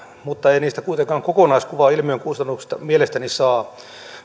mutta ei niistä kuitenkaan kokonaiskuvaa ilmiön kustannuksista mielestäni saa